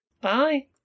Bye